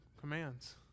commands